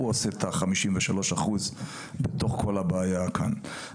הוא עשה את ה-53% בתוך כל הבעיה כאן.